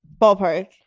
ballpark